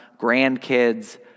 grandkids